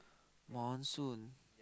monsoon